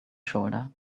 shoulder